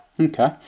Okay